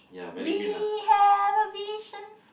we have a vision